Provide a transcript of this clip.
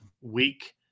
week